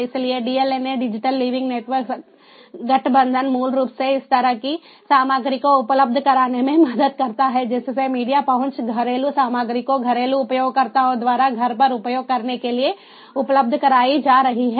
इसलिए DLNA digital living network गठबंधन मूल रूप से इस तरह की सामग्री को उपलब्ध कराने में मदद करता है जिससे मीडिया पहुंच घरेलू सामग्री को घरेलू उपयोगकर्ताओं द्वारा घर पर उपयोग करने के लिए उपलब्ध कराई जा रही है